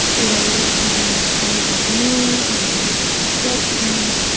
related to the kind of abuse and the use of the substance,